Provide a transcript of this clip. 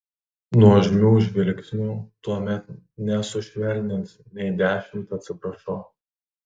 nuožmių žvilgsnių tuomet nesušvelnins nei dešimt atsiprašau